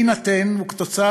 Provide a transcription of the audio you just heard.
בהינתן וכתוצאה